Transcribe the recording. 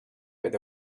where